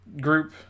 group